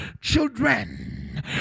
Children